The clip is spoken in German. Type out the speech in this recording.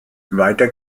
weiter